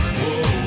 Whoa